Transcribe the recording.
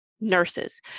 Nurses